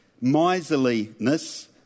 miserliness